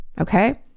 Okay